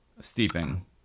steeping